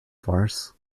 farce